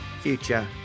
future